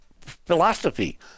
philosophy